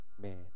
man